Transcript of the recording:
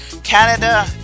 Canada